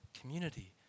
community